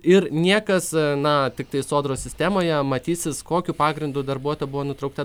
ir niekas na tiktai sodros sistemoje matysis kokiu pagrindu darbuotojo buvo nutraukta